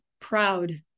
proud